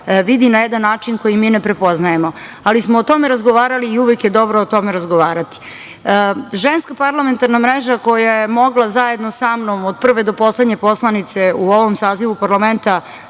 vidi na jedan način, koji mi ne prepoznajemo, ali smo o tome razgovarali i uvek je dobro o tome razgovarati. Ženska parlamentarna mreža, koja je mogla zajedno sa mnom od prve do poslednje poslanice u ovom sazivu parlamenta